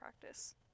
practice